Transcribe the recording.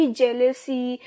jealousy